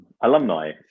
alumni